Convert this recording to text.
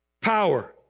power